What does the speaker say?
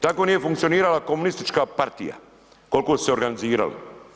Tako nije funkcionirala komunistička partija koliko su se organizirali.